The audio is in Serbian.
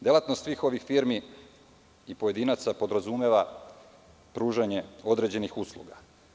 Delatnost svih ovih firmi i pojedinaca podrazumeva pružanje određenih usluga.